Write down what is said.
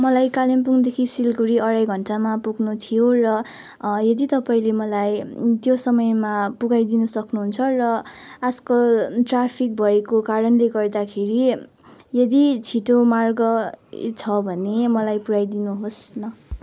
मलाई कालिम्पोङदेखि सिलगडी अढाई घन्टामा पुग्नु थियो र यदि तपाईँले मलाई त्यो समयमा पुऱ्याइदिनु सक्नुहुन्छ र आजकल ट्राफिक भएको कारणले गर्दाखेरि यदि छिटो मार्ग छ भने मलाई पुऱ्याइ दिनुहोस् न